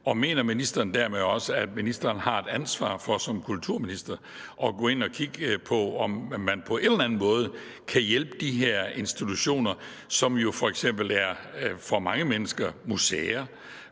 Mener ministeren dermed også, at ministeren har et ansvar for som kulturminister at gå ind og kigge på, om man på en eller anden måde kan hjælpe de her institutioner, som jo f.eks. for mange mennesker er museer?